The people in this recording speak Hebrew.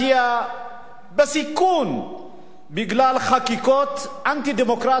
בסיכון בגלל חקיקות אנטי-דמוקרטיות,